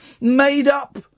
made-up